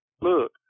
Look